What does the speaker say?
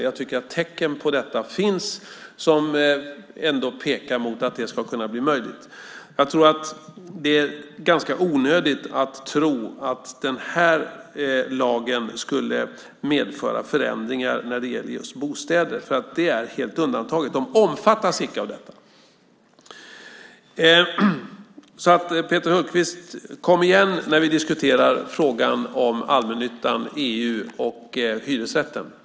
Jag tycker att det finns tecken som ändå pekar mot att det ska kunna bli möjligt. Det är ganska onödigt att tro att den här lagen skulle medföra förändringar när det gäller just bostäder, för de är helt undantagna. De omfattas icke av detta. Peter Hultqvist! Kom igen när vi diskuterar frågan om allmännyttan, EU och hyresrätten!